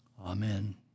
Amen